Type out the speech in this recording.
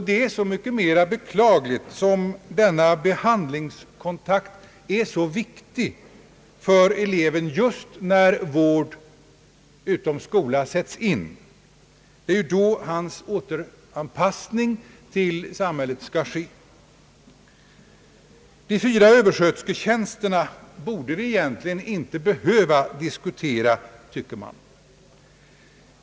Detta är så mycket mera beklagligt som denna behandlingskontakt är så viktig för eleven just när vård utom skola sätts in. Det är ju då hans återanpassning till samhället skall ske. De fyra överskötersketjänsterna borde vi egentligen inte behöva diskutera.